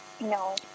No